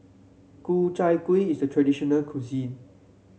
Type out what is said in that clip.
Ku Chai Kueh is a traditional cuisine